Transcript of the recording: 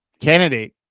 candidate